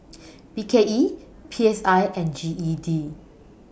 B K E P S I and G E D